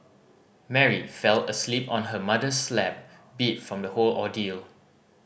Mary fell asleep on her mother's lap beat from the whole ordeal